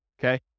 okay